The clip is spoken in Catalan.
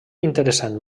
interessant